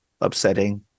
upsetting